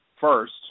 first